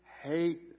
hate